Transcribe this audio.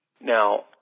Now